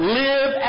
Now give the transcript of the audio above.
live